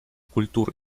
культур